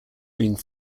being